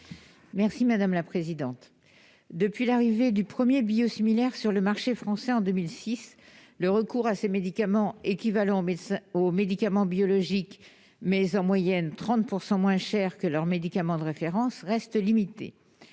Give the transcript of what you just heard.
n° 53 rectifié. Depuis l'arrivée du premier biosimilaire sur le marché français en 2006, le recours à ces médicaments, équivalents aux médicaments biologiques, mais, en moyenne, 30 % moins chers que leurs médicaments de référence, reste limité.